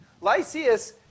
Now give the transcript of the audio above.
Lysias